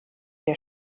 der